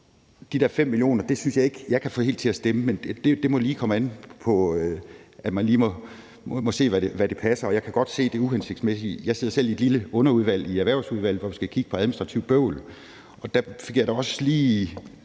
De der 5 mio. kr. synes jeg ikke jeg helt kan få til at stemme. Men man må lige se, hvad der passer. Jeg kan godt se det uhensigtsmæssige. Jeg sidder selv i et lille underudvalg i Erhvervsudvalget, hvor vi skal kigge på administrativt bøvl, og der fik jeg da også lige